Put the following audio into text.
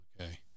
okay